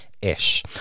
ish